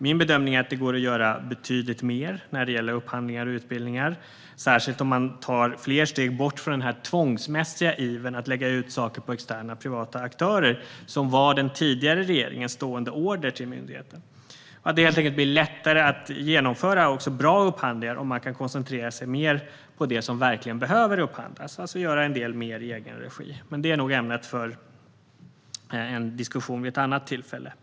Min bedömning är att det går att göra betydligt mer när det gäller upphandlingar och utbildningar, särskilt om man tar fler steg bort från den tvångsmässiga ivern att lägga ut saker på externa och privata aktörer - som var den tidigare regeringens stående order till myndigheten. Det ska helt enkelt bli lättare att genomföra bra upphandlingar om man kan koncentrera sig mer på det som verkligen behöver upphandlas, alltså göra en del mer i egen regi. Men det är nog ämne för en diskussion vid ett annat tillfälle.